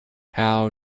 how